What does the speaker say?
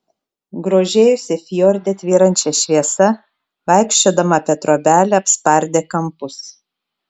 grožėjosi fjorde tvyrančia šviesa vaikščiodama apie trobelę apspardė kampus